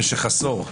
במשך עשור.